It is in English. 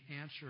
answer